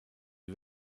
die